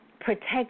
protect